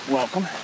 Welcome